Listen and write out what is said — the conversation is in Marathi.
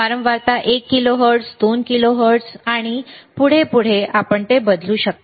वारंवारता एक किलोहर्ट्झ 2 किलोहर्ट्झ आहे आणि पुढे आपण ते बदलू शकता